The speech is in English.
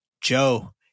Joe